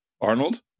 Arnold